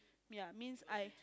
ya means I